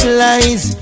lies